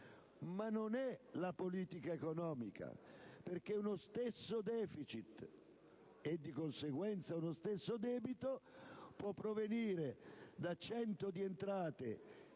ma non è la politica economica, perché uno stesso *deficit* e di conseguenza uno stesso debito può provenire da 100 di entrate